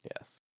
Yes